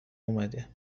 اومده